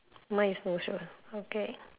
mine is no shoes okay